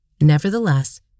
Nevertheless